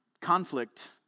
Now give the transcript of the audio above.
conflict